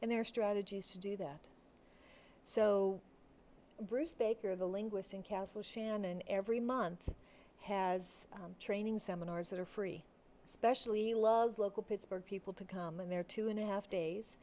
and their strategy is to do that so bruce baker the linguist and counsel shannan every month has training seminars that are free specially love local pittsburgh people to come in there two and a half days